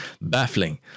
baffling